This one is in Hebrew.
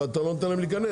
אבל אתה לא נותן להם להיכנס.